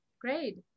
great